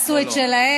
עשו את שלהם.